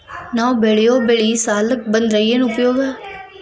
ನಾವ್ ಬೆಳೆಯೊ ಬೆಳಿ ಸಾಲಕ ಬಂದ್ರ ಏನ್ ಉಪಯೋಗ?